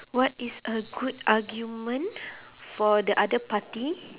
what is a good argument for the other party